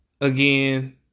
again